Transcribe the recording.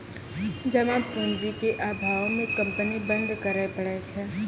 जमा पूंजी के अभावो मे कंपनी बंद करै पड़ै छै